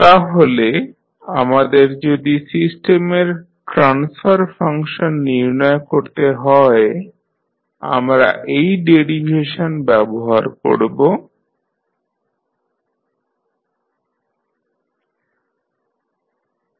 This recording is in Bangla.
তাহলে আমাদের যদি সিস্টেমের ট্রান্সফার ফাংশন নির্ণয় করতে হয় আমরা এই ডেরিভেশন ব্যবহার করব HsCsI A 1B